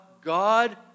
God